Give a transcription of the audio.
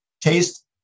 Taste